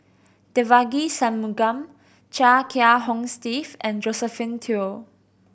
Devagi Sanmugam Chia Kiah Hong Steve and Josephine Teo